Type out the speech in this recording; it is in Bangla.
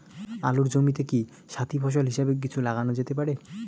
আলুর জমিতে কি সাথি ফসল হিসাবে কিছু লাগানো যেতে পারে?